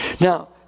Now